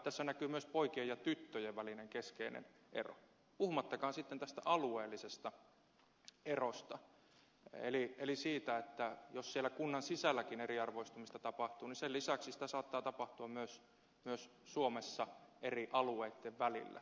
tässä näkyy myös poikien ja tyttöjen välinen keskeinen ero puhumattakaan sitten tästä alueellisesta erosta eli siitä että jos siellä kunnan sisälläkin eriarvoistumista tapahtuu niin sen lisäksi sitä saattaa tapahtua myös suomessa eri alueitten välillä